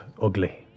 ugly